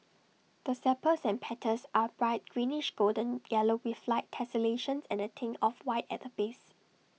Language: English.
the sepals and petals are bright greenish golden yellow with light tessellations and A tinge of white at the base